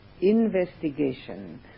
investigation